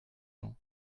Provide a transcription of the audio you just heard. jean